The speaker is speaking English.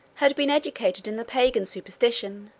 had been educated in the pagan superstition,